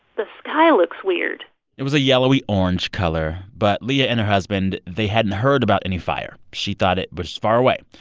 the sky looks weird it was a yellowy-orange color. but leah and her husband they hadn't heard about any fire. she thought it was far away.